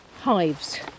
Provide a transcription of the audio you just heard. hives